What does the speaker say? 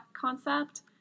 concept